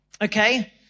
Okay